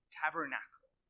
tabernacle